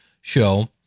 show